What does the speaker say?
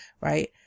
right